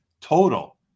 total